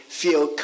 feel